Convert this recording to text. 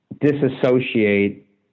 disassociate